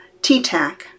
TTAC